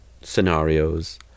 scenarios